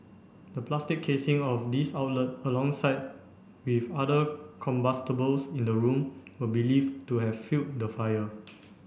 the plastic casing of these outlet alongside with other combustibles in the room were believed to have fuelled the fire